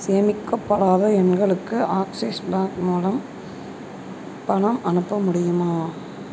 சேமிக்கப்படாத எண்களுக்கு Axis bank மூலம் பணம் அனுப்ப முடியுமா